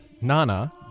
Nana